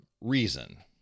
reason